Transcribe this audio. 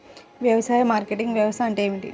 వ్యవసాయ మార్కెటింగ్ వ్యవస్థ అంటే ఏమిటి?